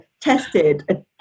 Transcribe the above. tested